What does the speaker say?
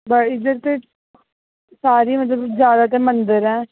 बस इद्धर ते सारे मतलब ज्यादतर मंदर ऐ